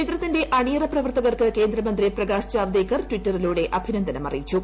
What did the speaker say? ചിത്രത്തിന്റെ അണിയറ പ്രവർത്തകർക്ക് കേന്ദ്രമന്ത്രി പ്രകാശ് ജാവ്ദേക്കർ ടിറ്ററിലൂടെ അഭിനന്ദനം അറിയിച്ചു